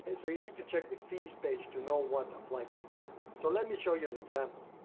and so you need to check the fees page to know what applies to you. so let me show you an example.